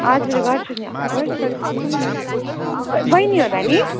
हजुर गर्छु नि अफ कोर्स गर्छु दिदी ब् बैनी होला नि